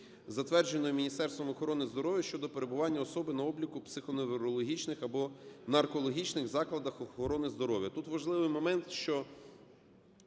затвердженою Міністерством охорони здоров'я, щодо перебування особи на обліку в психоневрологічних або наркологічних закладах охорони здоров'я".